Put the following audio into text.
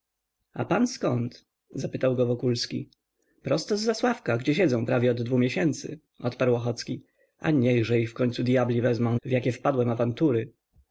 a pan zkąd zapytał go wokulski prosto z zasławka gdzie siedzę prawie od dwu miesięcy odparł ochocki a niechże ich wkońcu dyabli wezmą w jakie wpadłem awantury